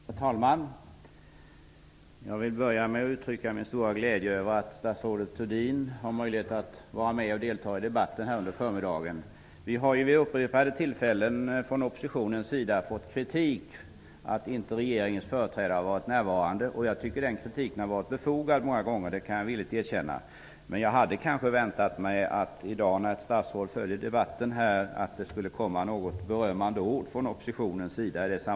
Herr talman! Jag vill börja med att uttrycka min stora glädje över att statsrådet Thurdin har möjlighet att vara med och delta i debatten under förmiddagen. Vi har vid upprepade tillfällen fått kritik från oppositionens sida för att inte regeringens företrädare har varit närvarande. Jag tycker att den kritiken har varit befogad många gånger. Det kan jag villigt erkänna. Men jag hade kanske väntat mig att det i dag, när ett statsråd följer debatten, skulle komma något berömmande ord från oppositionens sida.